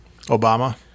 Obama